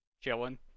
chilling